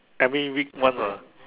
every week once ah